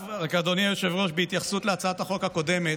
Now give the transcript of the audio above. אדוני היושב-ראש, בהתייחסות להצעת החוק הקודמת,